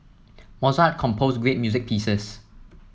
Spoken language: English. Mozart composed great music pieces